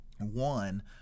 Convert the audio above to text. one